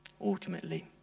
Ultimately